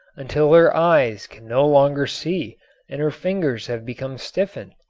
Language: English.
until her eyes can no longer see and her fingers have become stiffened.